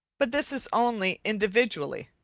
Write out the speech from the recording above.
but this is only individually.